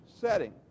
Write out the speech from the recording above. setting